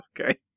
Okay